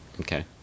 Okay